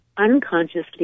unconsciously